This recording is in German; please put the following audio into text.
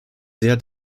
sehr